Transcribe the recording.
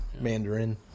Mandarin